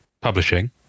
Publishing